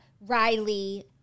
Riley